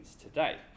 today